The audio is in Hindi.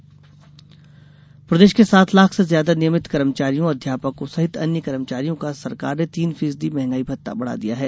महंगाई भत्ता प्रदेश के सात लाख से ज्यादा नियमित कर्मचारियों अध्यापकों सहित अन्य कर्मचारियों का सरकार ने तीन फीसदी महंगाई भत्ता बढ़ा दिया है